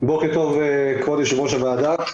בוקר טוב כבוד יושב ראש הוועדה.